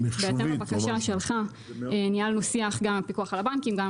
ובהתאם לבקשה שלך ניהלנו שיח גם עם הפיקוח על הבנקים וגם עם